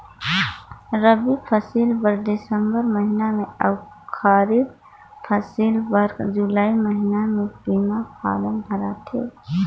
रबी फसिल बर दिसंबर महिना में अउ खरीब फसिल बर जुलाई महिना में बीमा फारम भराथे